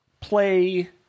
Play